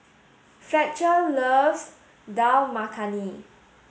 Fletcher loves Dal Makhani